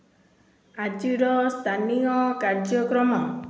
ଆଜିର ସ୍ଥାନୀୟ କାର୍ଯ୍ୟକ୍ରମ